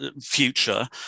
future